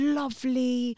lovely